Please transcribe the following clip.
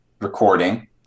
recording